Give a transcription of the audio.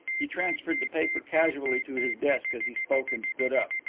he transferred the paper casually to his desk as he spoke and stood up.